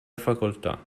facoltà